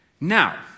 Now